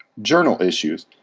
journal issues,